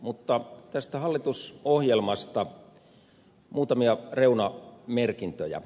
mutta tästä hallitusohjelmasta muutamia reunamerkintöjä